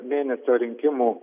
mėnesio rinkimų